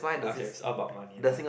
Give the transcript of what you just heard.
okay all about money then